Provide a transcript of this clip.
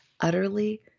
utterly